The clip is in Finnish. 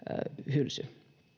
hylsy